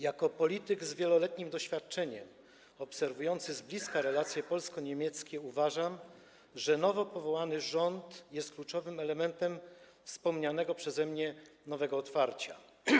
Jako polityk z wieloletnim doświadczeniem obserwujący z bliska relacje polsko-niemieckie uważam, że nowo powołany rząd jest kluczowym elementem wspomnianego przeze mnie nowego otwarcia.